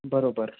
बरोबर